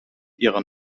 ihrer